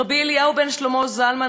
רבי אליהו בן שלמה זלמן,